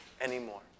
anymore